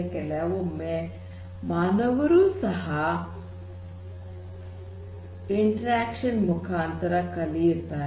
ಕೆಲವೊಮ್ಮೆ ಮಾನವರೂ ಸಹ ಪರಸ್ಪರ ಕ್ರಿಯೆಯ ಮುಖಾಂತರ ಕಲಿಯುತ್ತಾರೆ